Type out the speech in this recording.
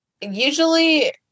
Usually